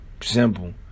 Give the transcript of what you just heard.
Simple